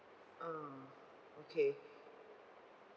ah okay